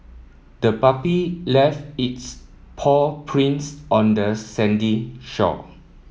the puppy left its paw prints on the sandy shore